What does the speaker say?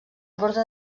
porta